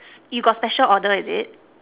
you got special order is it